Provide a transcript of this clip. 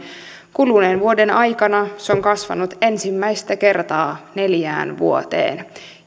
kuluneen vuoden aikana se on kasvanut ensimmäistä kertaa neljään vuoteen